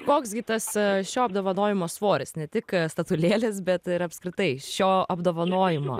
koks gi tas šio apdovanojimo svoris ne tik statulėlės bet ir apskritai šio apdovanojimo